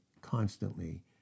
constantly